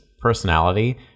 personality